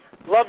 love